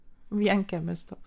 vienkiemis toks